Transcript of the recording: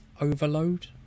overload